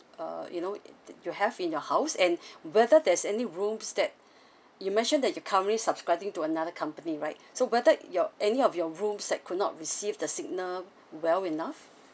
uh you know you have in your house and whether there's any rooms that you mentioned that you currently subscribing to another company right so whether your any of your room that could not receive the signal well enough